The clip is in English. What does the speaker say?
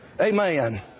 Amen